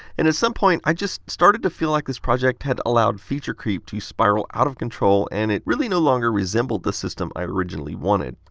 and at some point i just started to feel like this project had allowed feature creep to spiral out of control and it really no longer resembled the system i originally wanted.